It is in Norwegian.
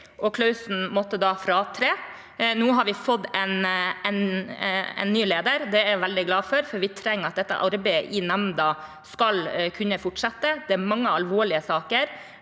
Klausen måtte da fratre. Nå har vi fått en ny leder. Det er jeg veldig glad for, for vi trenger at arbeidet i nemnda skal kunne fortsette. Det er mange alvorlige saker,